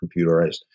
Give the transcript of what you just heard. computerized